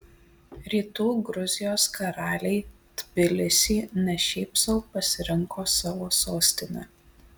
rytų gruzijos karaliai tbilisį ne šiaip sau pasirinko savo sostine